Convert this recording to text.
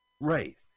Right